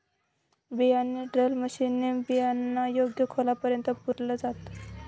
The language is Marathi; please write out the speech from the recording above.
बियाणे ड्रिल मशीन ने बियाणांना योग्य खोलापर्यंत पुरल जात